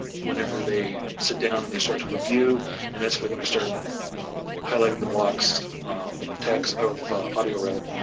whenever they sit down and they start to review and that's when they're gonna start highlighting the blocks of text, of audio rather,